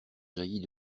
jaillit